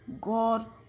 God